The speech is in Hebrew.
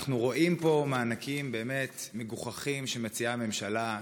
אנחנו רואים פה מענקים באמת מגוחכים שמציעה הממשלה,